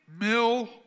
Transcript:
Mill